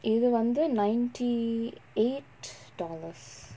இதுவந்து:ithuvanthu ninety eight dollars